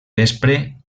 vespre